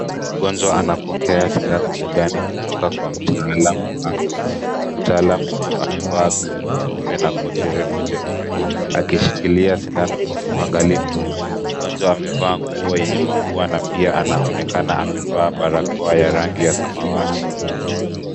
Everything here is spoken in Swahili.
Mgonjwa anapokea sindano begani kutoka kwa mtaalamu wake. Mtaalam huyo amevaa glavu nyeupe na koti refu jeupe akishikilia sindano kwa uangalifu. Mgonjwa amevaa nguo yenye maua na pia anaonekana amevaa barakoa ya rangi ya samawati.